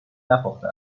نپخته